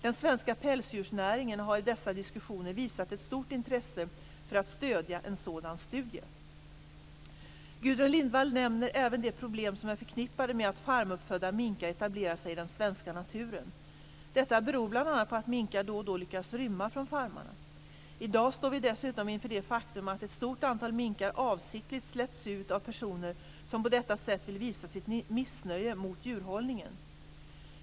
Den svenska pälsdjursnäringen har i dessa diskussioner visat ett stort intresse för att stödja en sådan studie. Gudrun Lindvall nämner även de problem som är förknippade med att farmuppfödda minkar etablerar sig i den svenska naturen. Detta beror bl.a. på att minkar då och då lyckats rymma från farmarna. I dag står vi dessutom inför det faktum att ett stort antal minkar avsiktligt släpps ut av personer som på detta sätt vill visa sitt missnöje mot djurhållningen.